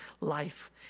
life